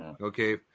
Okay